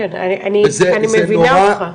כן, אני מבינה אותך.